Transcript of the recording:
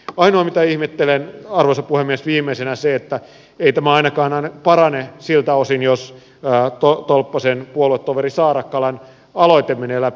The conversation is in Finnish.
ainoa mitä ihmettelen arvoisa puhemies viimeisenä on se että ei tämä ainakaan parane siltä osin jos tolppasen puoluetoveri saarakkalan aloite menee läpi